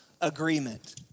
agreement